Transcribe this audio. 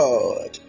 God